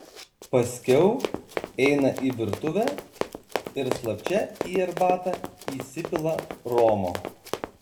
paskiau eina į virtuvę ir slapčia į arbatą įsipila romo